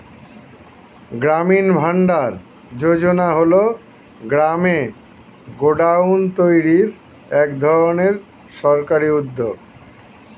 গ্রামীণ ভান্ডার যোজনা হল গ্রামে গোডাউন তৈরির এক ধরনের সরকারি উদ্যোগ